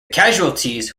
casualties